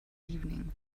evening